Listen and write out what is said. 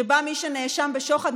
שבה מי שנאשם בשוחד,